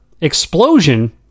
explosion